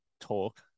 talk